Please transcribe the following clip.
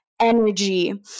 energy